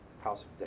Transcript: House